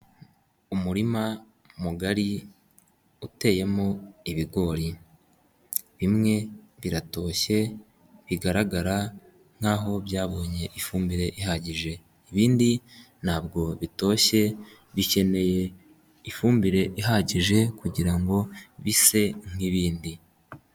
Umurima mugari uteyemo ibigori bimwe biratoshye bigaragara nk'aho byabonye ifumbire ihagije ibindi ntabwo bitoshye bikeneye ifumbire ihagije kugira ngo bise nk'ibindi.